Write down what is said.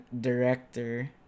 director